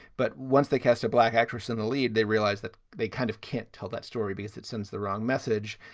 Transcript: but once they cast a black actress in the lead, they realized that they kind of can't tell that story because it sends the wrong message.